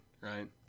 right